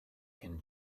can